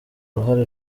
uruhare